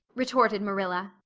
retorted marilla,